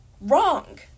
wrong